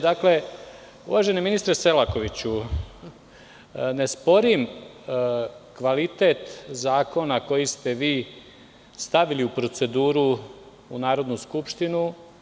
Dakle, uvaženi ministre Selakoviću, ne sporim kvalitet zakona koji ste vi stavili u proceduru u Narodnu skupštinu.